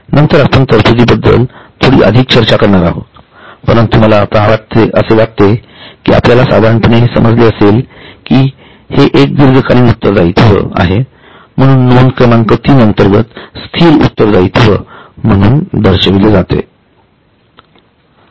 नंतर आपण तरतुदी बद्दल थोडी अधिक चर्चा करणार आहोत परंतु आत्ता मला असे वाटते की आपल्याला साधारणपणे हे समजले असेल की हे एक दीर्घकालीन उत्तरदायित्व आहे म्हणून ते नोंद क्रमांक तीन अंतर्गत स्थिर उत्तरदायित्व म्हणून दर्शविले जाते